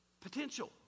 Potential